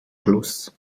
schluss